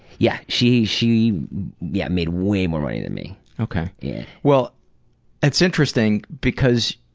yeah, she, she yeah made way more money than me. ok, yeah well it's interesting because